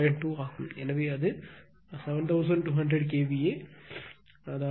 2 ஆகும் எனவே அது 7200 kVA 2000 × 3 × 1